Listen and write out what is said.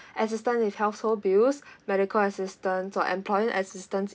assistace in household bills medical assistance or employee assistance